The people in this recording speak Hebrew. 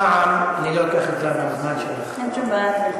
פעם, אני לא לוקח את זה מהזמן שלך, אין שום בעיה.